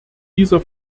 dieser